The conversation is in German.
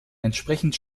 entsprechend